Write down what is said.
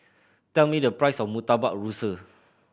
tell me the price of Murtabak Rusa